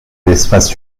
l’espace